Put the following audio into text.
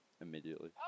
immediately